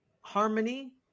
Harmony